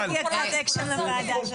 הכול בסדר.